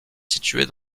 située